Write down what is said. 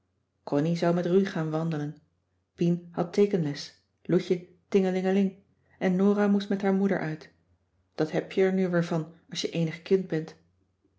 connie zou met ru gaan wandelen pien had teekenles loutje tingelingeling en nora moest met haar moeder uit dat heb je er nu weer van als je eenig kind bent